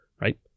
Right